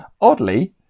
Oddly